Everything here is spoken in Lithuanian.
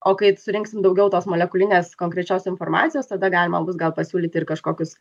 o kai surinksim daugiau tos molekulinės konkrečios informacijos tada galima bus gal pasiūlyti ir kažkokius